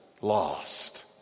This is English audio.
lost